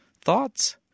Thoughts